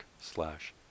slash